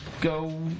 go